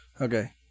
Okay